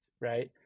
right